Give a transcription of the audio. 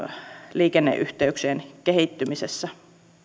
liikenneyhteyksien kehittymisessä